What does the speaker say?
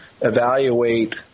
evaluate